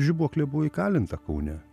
žibuoklė buvo įkalinta kaune